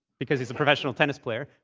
because he's a professional tennis player,